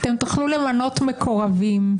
תוכלו למנות מקורבים.